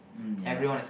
mm ya